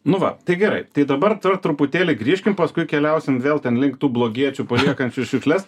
nu va tai gerai tai dabar truputėlį grįžkim paskui keliausim vėl ten link tų blogiečių paliekančių šiukšles